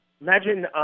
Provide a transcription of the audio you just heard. imagine